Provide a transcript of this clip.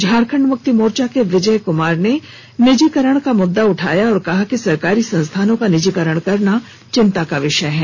झारखंड मुक्ति मोर्चा के विजय कुमार ने निजीकरण का मुद्दा उठाया और कहा कि सरकारी संस्थानों का निजीकरण करना चिंता का विषय है